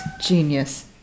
genius